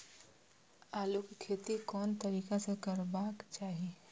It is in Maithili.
आलु के खेती कोन तरीका से करबाक चाही?